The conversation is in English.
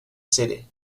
city